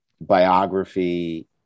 biography